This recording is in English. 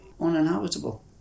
uninhabitable